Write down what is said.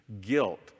guilt